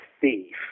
thief